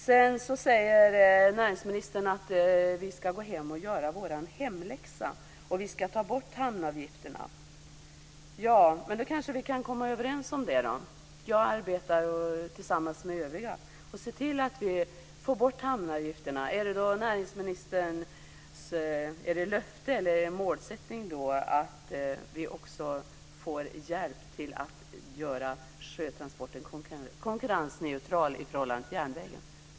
Sedan säger näringsministern att vi ska gå hem och göra vår hemläxa. Vi ska ta bort hamnavgifterna. Då kanske vi kan komma överens om det. Jag arbetar tillsammans med övriga och ser till att vi får bort hamnavgifterna. Är det då, näringsministern, ett löfte eller en målsättning att vi också ska få hjälp med att göra sjötransporten konkurrensneutral i förhållande till järnvägen?